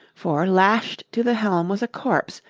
for lashed to the helm was a corpse,